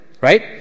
Right